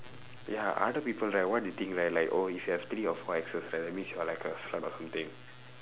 ya other people right what they think right like oh you have three or four exes right that means you are like a slut or something